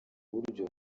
buryo